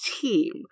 team